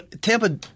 Tampa